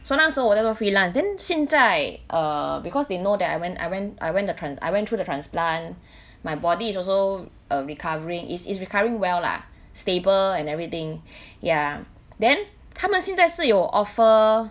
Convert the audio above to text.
so 那时候 whatever freelance then 现在 err because they know that I went I went I went the trans~ I went through the transplant my body is also uh recovering is is recovering well lah stable and everything ya then 他们现在是有 offer